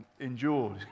endured